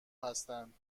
هستند